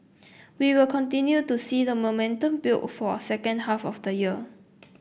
we will continue to see the momentum build for the second half of the year